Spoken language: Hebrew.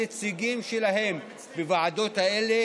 הנציגים שלהם בוועדות האלה